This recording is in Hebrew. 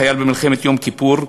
חייל במלחמת יום כיפור,